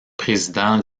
président